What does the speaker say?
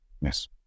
Yes